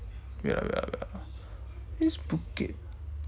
wait ah wait ah wait ah this is bukit